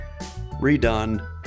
redone